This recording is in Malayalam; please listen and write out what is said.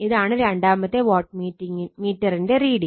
ഇതാണ് രണ്ടാമത്തെ വാട്ട് മീറ്ററിന്റെ റീഡിങ്